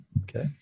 Okay